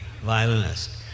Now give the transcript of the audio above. violinist